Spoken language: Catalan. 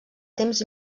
temps